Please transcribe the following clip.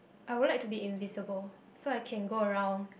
I would like to be invisible so I can go around